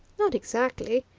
not exactly,